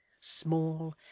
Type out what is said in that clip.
small